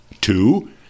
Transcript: Two